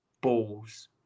balls